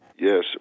Yes